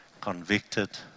convicted